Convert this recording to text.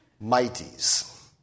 mighties